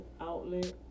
outlet